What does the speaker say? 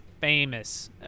famous